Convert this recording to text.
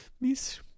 Miss